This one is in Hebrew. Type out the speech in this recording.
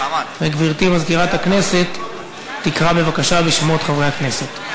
וגברתי מזכירת הכנסת תקרא בבקשה בשמות חברי הכנסת.